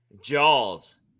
Jaws